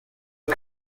que